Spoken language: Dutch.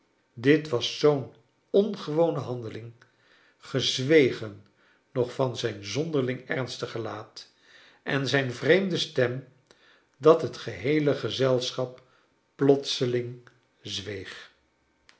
dit was zoo'n ongewone handeling gezwegen nog van zijn zonderling ernstig gelaat en zijn vreemde stem dat het geheele gezelschap plotseling zweeg